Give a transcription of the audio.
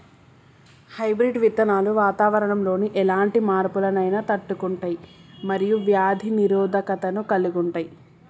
hybrid విత్తనాలు వాతావరణంలోని ఎలాంటి మార్పులనైనా తట్టుకుంటయ్ మరియు వ్యాధి నిరోధకతను కలిగుంటయ్